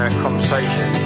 conversation